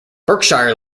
berkshire